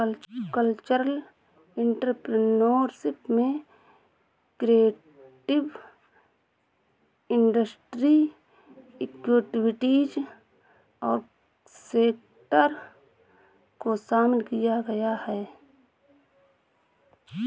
cultural entrepreneurship में creative industry activities और sector को शामिल किया गया है